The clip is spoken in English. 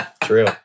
True